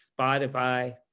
Spotify